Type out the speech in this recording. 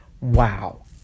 Wow